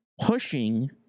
pushing